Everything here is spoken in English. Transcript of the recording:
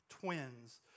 twins